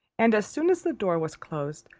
and as soon as the door was closed,